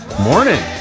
Morning